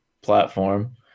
platform